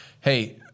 Hey